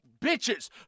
bitches